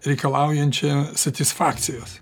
reikalaujančia satisfakcijos